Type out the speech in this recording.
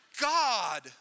God